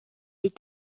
est